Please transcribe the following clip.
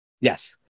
Yes